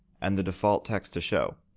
and the default text to show,